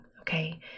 okay